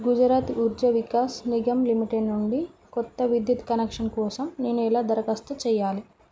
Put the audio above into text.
Gujarat Urjavikas Nigam limited నుండి కొత్త విద్యుత్ కనెక్షన్ కోసం నేను ఎలా దరఖాస్తు చేయాలి